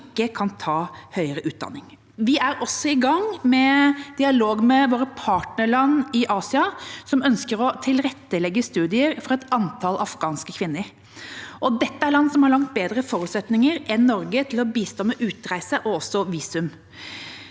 ikke kan ta høyere utdanning. Vi er i gang med dialog med våre partnerland i Asia, som ønsker å tilrettelegge studier for et antall afghanske kvinner. Dette er land som har langt bedre forutsetninger enn Norge for å bistå med utreise og også visum.